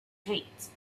gates